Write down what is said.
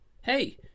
Hey